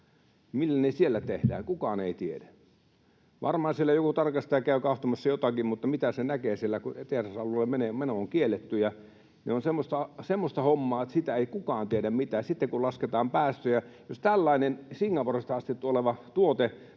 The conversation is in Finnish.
millä ne siellä tehdään, kukaan ei tiedä. Varmaan siellä joku tarkastaja käy katsomassa jotakin, mutta mitä se näkee siellä, kun tehdasalueelle meno on kielletty? Se on semmoista hommaa, että siitä ei kukaan tiedä mitään. Sitten kun lasketaan päästöjä, jos tällainen Singaporesta asti oleva tuote